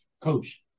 coach